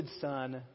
son